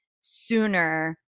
sooner